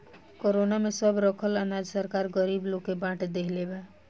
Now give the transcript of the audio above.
corona में सब रखल अनाज सरकार गरीब लोग के बाट देहले बा